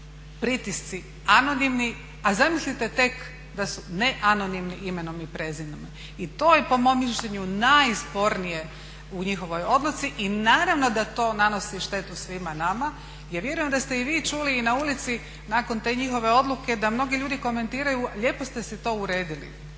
pritisci anonimni, a zamislite tek da su ne anonimni imenom i prezimenom. I to je po mom mišljenju najspornije u njihovoj odluci i naravno da to nanosi štetu svima nama. Ja vjerujem da ste i vi čuli i na ulici nakon te njihove odluke da mnogi ljudi komentiraju, lijepo ste si to uredili